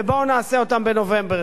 ובואו נעשה אותן בנובמבר.